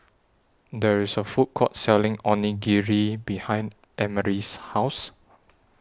There IS A Food Court Selling Onigiri behind Emery's House